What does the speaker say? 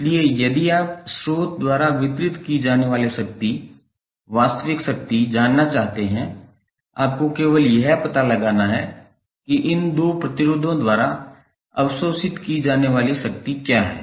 इसलिए यदि आप स्रोत द्वारा वितरित की जाने वाली शक्ति वास्तविक शक्ति जानना चाहते हैं आपको केवल यह पता लगाना है कि इन दो प्रतिरोधों द्वारा अवशोषित की जाने वाली शक्ति क्या है